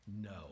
No